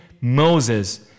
Moses